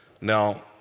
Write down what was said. Now